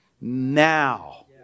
now